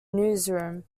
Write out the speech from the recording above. newsroom